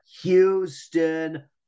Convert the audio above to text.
Houston